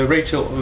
Rachel